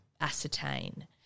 ascertain